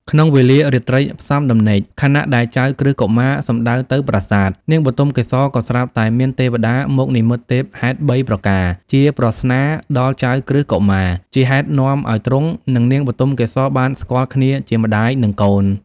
ក្នុងវេលារាត្រីផ្សំដំណេក ខណៈដែលចៅក្រឹស្នកុមារសំដៅទៅប្រាសាទ នាងបុទមកេសរក៏ស្រាប់តែមានទេវតាមកនិមិត្តទេពហេតុបីប្រការជាប្រស្នាដល់ចៅក្រឹស្នកុមារ ជាហេតុនាំឱ្យទ្រង់ និងនាងបុទមកេសរបានស្គាល់គ្នាជាម្តាយនិងកូន។